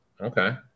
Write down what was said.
Okay